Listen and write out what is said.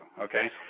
okay